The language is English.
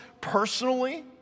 personally